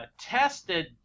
tested